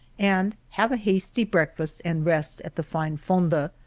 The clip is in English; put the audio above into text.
and have a hasty breakfast and rest at the fine fonda,